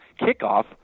kickoff